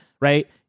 right